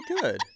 good